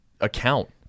account